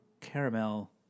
caramel